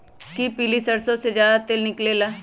कि पीली सरसों से ज्यादा तेल निकले ला?